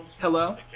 Hello